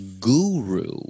guru